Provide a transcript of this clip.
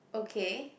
okay